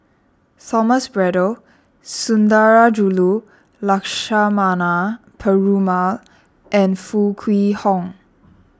Thomas Braddell Sundarajulu Lakshmana Perumal and Foo Kwee Horng